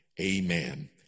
Amen